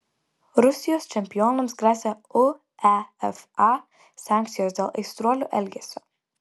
rusijos čempionams gresia uefa sankcijos dėl aistruolių elgesio